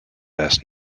best